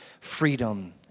freedom